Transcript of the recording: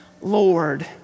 Lord